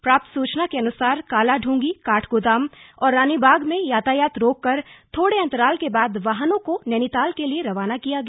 प्राप्त सुचना के अनुसार कालाढूंगी काठगोदाम और रानीबाग में यातायात रोक कर थोड़े अंतराल के बाद वाहनों को नैनीताल के लिए रवाना किया गया